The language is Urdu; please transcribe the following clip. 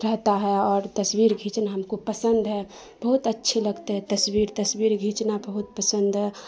رہتا ہے اور تصویر کھینچنا ہم کو پسند ہے بہت اچھے لگتے ہیں تصویر تصویر کھینچنا بہت پسند ہے